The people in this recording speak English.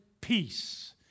peace